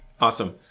Awesome